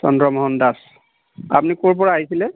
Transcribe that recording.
চন্দ্ৰমোহন দাচ আপুনি ক'ৰপৰা আহিছিলে